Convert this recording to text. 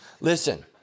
Listen